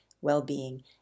well-being